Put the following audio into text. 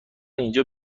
اینجا